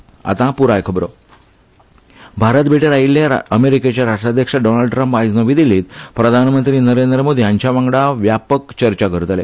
ट्रम्प भारत भेटेर आयिल्ले अमेरीकेचे राष्ट्राध्यक्ष डोनाल्ड ट्रूम्प आयज नवी दिल्लीत प्रधानमंत्री नरेंद्र मोदी हांचे वांगडा व्यापक चर्चा करतले